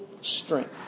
strength